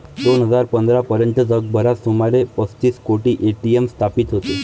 दोन हजार पंधरा पर्यंत जगभरात सुमारे पस्तीस कोटी ए.टी.एम स्थापित होते